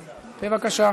בבקשה.